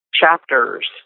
chapters